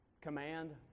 command